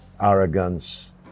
arrogance